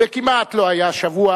וכמעט לא היה שבוע